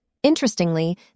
Interestingly